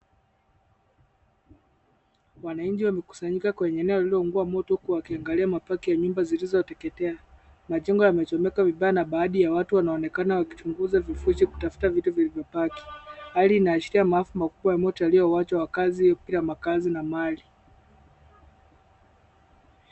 Wananchi wamekusanyika kwenye eneo lililoungua moto huku wakiangalia mabaki ya nyumba zilizoteketea. Majengo yamechomeka vibaya na baadhi ya watu wanaonekana wakichunguza vifusi kutafuta vitu vilivyobaki. Hali inaashiria maafu makubwa ya moto yalioacha wakazi bila makaazi na mali.